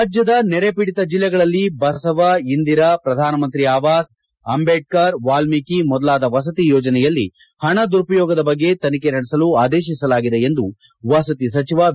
ರಾಜ್ಯದ ನೆರೆಪೀಡಿತ ಜಿಲ್ಲೆಗಳಲ್ಲಿ ಬಸವ ಇಂದಿರಾ ಪ್ರಧಾನ ಮಂತ್ರಿ ಆವಾಸ ಅಂಬೇಡ್ಕರ್ ವಾಲ್ಮೀಕಿ ಮೊದಲಾದ ವಸತಿ ಯೋಜನೆಯಲ್ಲಿ ಪಣ ದುರುಪಯೋಗದ ಬಗ್ಗೆ ತನಿಖೆ ನಡೆಸಲು ಆದೇಶಿಸಲಾಗಿದೆ ಎಂದು ವಸತಿ ಸಚಿವ ವಿ